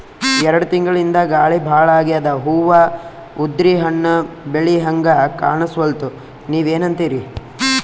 ಎರೆಡ್ ತಿಂಗಳಿಂದ ಗಾಳಿ ಭಾಳ ಆಗ್ಯಾದ, ಹೂವ ಉದ್ರಿ ಹಣ್ಣ ಬೆಳಿಹಂಗ ಕಾಣಸ್ವಲ್ತು, ನೀವೆನಂತಿರಿ?